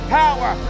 power